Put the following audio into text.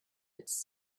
its